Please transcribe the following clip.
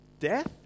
death